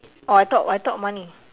oh I thought I thought money